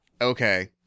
Okay